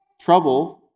trouble